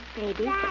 Baby